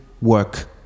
work